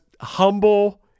humble